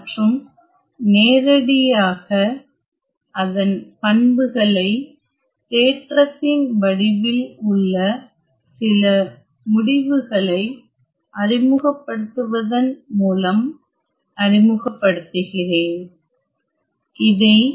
மற்றும் நேரடியாக அதன் பண்புகளை தேற்றத்தின் வடிவில் உள்ள சில முடிவுகளை அறிமுகப்படுத்துவதன் மூலம் அறிமுகப்படுத்துகிறேன்